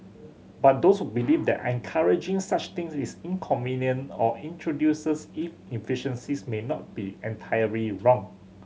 but those who believe that encouraging such things is inconvenient or introduces inefficiencies may not be entirely wrong